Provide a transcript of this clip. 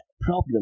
problem